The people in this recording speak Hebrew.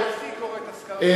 אבל גם הנשיא קורא את הסקרים,